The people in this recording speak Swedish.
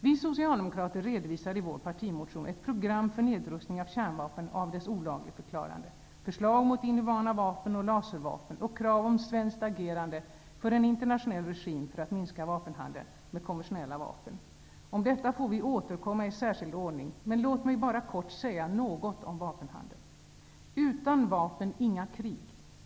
Vi socialdemokrater redovisar i vår partimotion ett program för nedrustning av kärnvapen och av dess olagligförklarande, förslag mot inhumana vapen och laservapen och krav om svenskt agerande för en internationell regim för att minska handeln med konventionella vapen. Till detta får vi återkomma i särskild ordning, men låt mig bara kort säga något om vapenhandeln. Utan vapen inga krig!